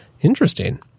Interesting